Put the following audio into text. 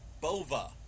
Bova